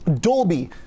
Dolby